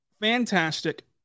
fantastic